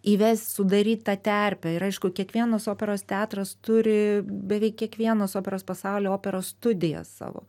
įvest sudaryt tą terpę ir aišku kiekvienas operos teatras turi beveik kiekvienas operos pasauly operos studiją savo